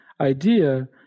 idea